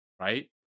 right